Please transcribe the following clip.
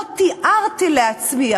לא תיארתי לעצמי,